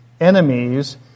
enemies